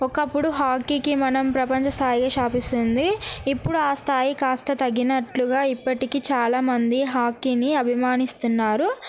ఒకప్పుడు హాకీకి మనం ప్రపంచ స్థాయికి శాషిస్తుంది ఇప్పుడు ఆ స్థాయి కాస్త తగ్గినట్లుగా ఇప్పటికీ చాలామంది హాకీని అభిమానిస్తున్నారు